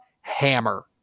hammer